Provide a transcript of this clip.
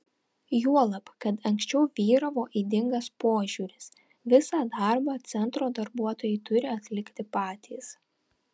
juolab kad anksčiau vyravo ydingas požiūris visą darbą centro darbuotojai turi atlikti patys